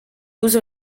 usa